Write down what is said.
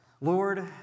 Lord